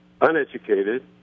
uneducated